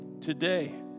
Today